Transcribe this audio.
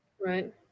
Right